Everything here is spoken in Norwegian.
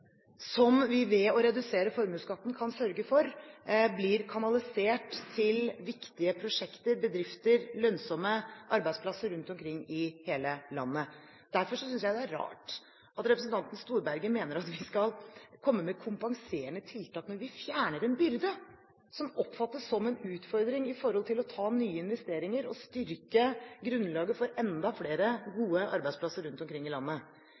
som vi – ved å redusere formuesskatten – kan sørge for blir kanalisert til viktige prosjekter, bedrifter, lønnsomme arbeidsplasser, rundt omkring i hele landet. Derfor synes jeg det er rart at representanten Storberget mener at vi skal komme med kompenserende tiltak, når vi fjerner en byrde som oppfattes som en utfordring med hensyn til å foreta nye investeringer og styrke grunnlaget for enda flere gode arbeidsplasser rundt omkring i landet.